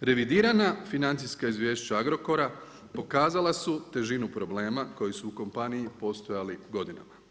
revidirana financijska izvješća Agrokora pokazala su težinu problema koji su u kompaniji postojali godinama.